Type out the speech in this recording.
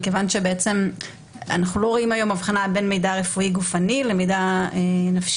אנחנו לא רואים היום הבחנה בין מידע רפואי גופני למידע נפשי.